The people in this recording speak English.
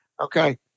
Okay